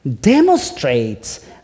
demonstrates